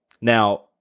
Now